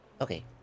Okay